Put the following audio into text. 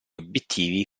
obiettivi